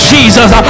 Jesus